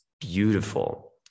beautiful